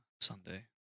Sunday